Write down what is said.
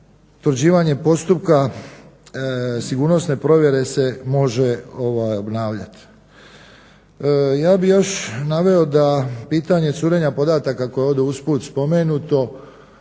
utvrđivanje postupka sigurnosne provjere se može obnavljati. Ja bih još naveo da pitanje curenja podataka koje je ovdje uz put spomenuto,